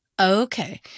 Okay